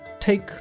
Take